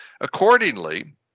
Accordingly